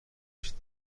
گشت